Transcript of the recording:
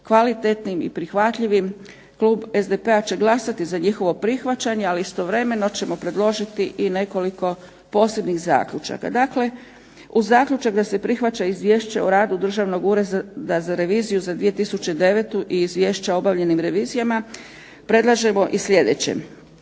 kvalitetnim i prihvatljivim klub SDP-a će glasati za njihovo prihvaćanje, ali istovremeno ćemo predložiti i nekoliko posebnih zaključaka. Dakle, uz zaključak da se prihvaća Izvješće o radu Državnog ureda za reviziju za 2009. i Izvješća o obavljenim revizijama predlažemo i sljedeće: